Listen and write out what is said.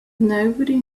nobody